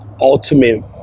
ultimate